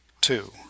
two